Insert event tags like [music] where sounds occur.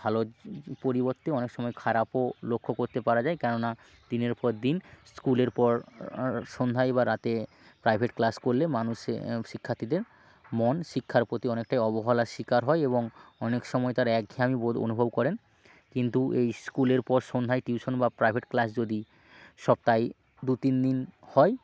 ভালোর [unintelligible] পরিবর্তে অনেক সময় খারাপও লক্ষ্য করতে পারা যায় কেননা দিনের পর দিন স্কুলের পর সন্ধ্যায় বা রাতে প্রাইভেট ক্লাস করলে মানুষের শিক্ষার্থীদের মন শিক্ষার প্রতি অনেকটাই অবহলার স্বীকার হয় এবং অনেক সময় তারা একঘেয়েমি বোধ অনুভব করেন কিন্তু এই স্কুলের পর সন্ধ্যায় টিউশন বা প্রাইভেট ক্লাস যদি সপ্তাহে দু তিন দিন হয়